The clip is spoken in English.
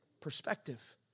perspective